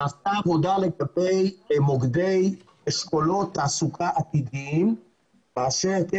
נעשתה עבודה לגבי מוקדי אשכולות תעסוקה עתידיים כאשר זאת